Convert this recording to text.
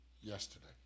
yesterday